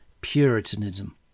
Puritanism